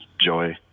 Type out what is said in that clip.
Joy